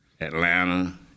Atlanta